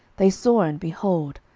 they saw, and, behold,